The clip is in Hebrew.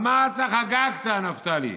על מה אתה חגגת, נפתלי?